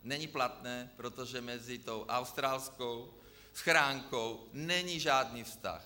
Není platné, protože mezi australskou schránkou není žádný vztah.